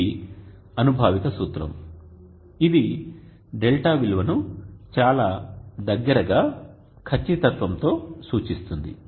ఇది అనుభావిక సూత్రం ఇది δ విలువను చాలా దగ్గరగా ఖచ్చితత్వంతో సూచిస్తుంది